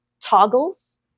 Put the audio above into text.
toggles